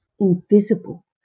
invisible